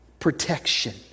protection